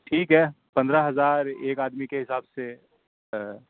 ٹھیک ہے پندرہ ہزار ایک آدمی کے حساب سے